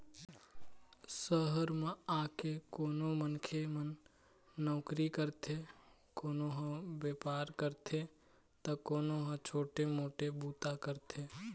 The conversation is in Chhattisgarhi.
सहर म आके कोनो मनखे मन नउकरी करथे, कोनो ह बेपार करथे त कोनो ह छोटे मोटे बूता करथे